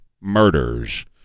murders